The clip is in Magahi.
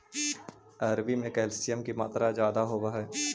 अरबी में कैल्शियम की मात्रा ज्यादा होवअ हई